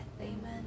Amen